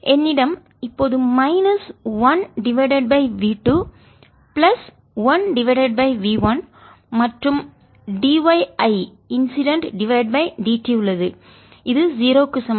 என்னிடம் இப்போது minus 1 divided by V 2 plus 1 divided by V1 மற்றும் dy I இன்சிடென்ட்dt உள்ளது இது 0 க்கு சமம்